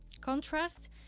Contrast